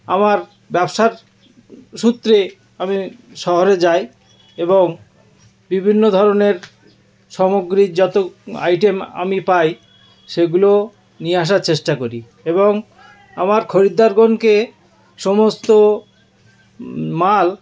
আমার ব্যবসার সূত্রে আমি শহরে যাই এবং বিভিন্ন ধরনের সামগ্রী যত আইটেম আমি পাই সেগুলো নিয়ে আসার চেষ্টা করি এবং আমার খরিদ্দারগণকে সমস্ত মাল